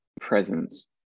presence